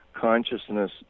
consciousness